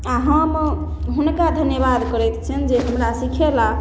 आओर हम हुनका धन्यवाद करैत छिअनि जे हमरा सिखेलाह